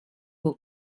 will